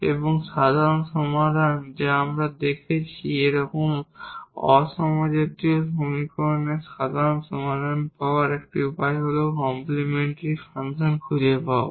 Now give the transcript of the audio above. এবং সাধারণ সমাধান যা আমরা দেখেছি এরকম একটি নন হোমোজিনিয়াস সমীকরণের সাধারণ সমাধান পাওয়ার একটি উপায় হল কমপ্লিমেন্টরি ফাংশন খুঁজে পাওয়া